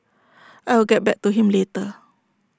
I will get back to him later